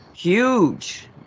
Huge